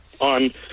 On